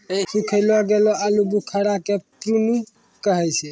सुखैलो गेलो आलूबुखारा के प्रून कहै छै